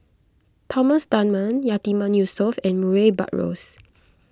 Thomas Dunman Yatiman Yusof and Murray Buttrose